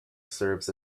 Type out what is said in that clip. serves